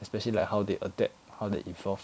especially like how they adapt how they evolve